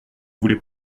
voulait